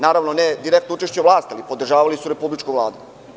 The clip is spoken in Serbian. Naravno, ne direktno učešće u vlasti, ali podržavali su republičku Vladu.